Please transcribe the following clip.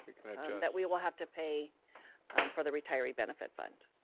we can adjust. that we will have to pay for the retiree benefit fund.